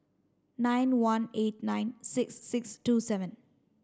nine one eight nine six six two seven